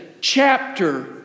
chapter